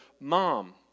mom